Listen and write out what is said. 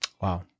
Wow